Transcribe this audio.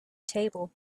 table